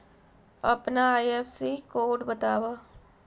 अपना IFSC code बतावअ